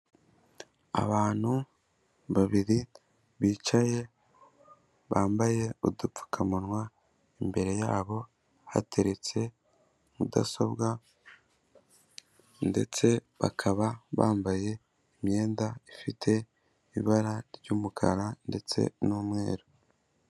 Abantu, babiri, bicaye, bambaye udupfukamunwa, imbere yabo hateretse, mudasobwa, ndetse bakaba bambaye imyenda ifite ibara ry'umukara ndetse n'umweru.